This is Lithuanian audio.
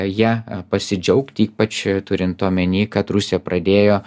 ja pasidžiaugti ypač turint omeny kad rusija pradėjo